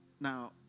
Now